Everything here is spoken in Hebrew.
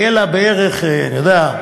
ויהיה לה בערך, אני יודע,